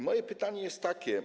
Moje pytanie jest takie.